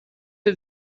her